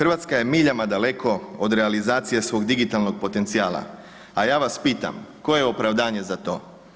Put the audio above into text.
RH je miljama daleko od realizacije svog digitalnog potencijala, a ja vas pitam, koje je opravdanje za to?